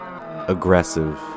aggressive